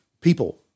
people